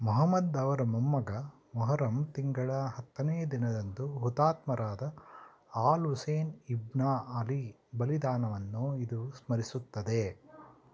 ಮೊಹಮ್ಮದ್ ಅವರ ಮೊಮ್ಮಗ ಮೊಹರಮ್ ತಿಂಗಳ ಹತ್ತನೇ ದಿನದಂದು ಹುತಾತ್ಮರಾದ ಅಲ್ ಹುಸೇನ್ ಇಬ್ನ್ ಆಲಿ ಬಲಿದಾನವನ್ನು ಇದು ಸ್ಮರಿಸುತ್ತದೆ